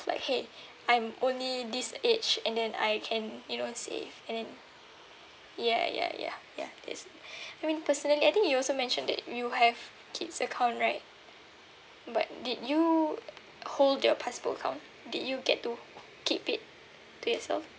like !hey! I'm only this age and then I can you know save and then ya ya ya ya that's it I mean personally I think you also mentioned that you have kid's account right but did you hold your passbook account did you get to keep it to yourself